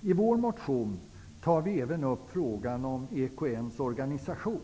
I vår motion tar vi även upp frågan om EKN:s organisation.